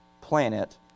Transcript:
planet